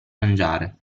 mangiare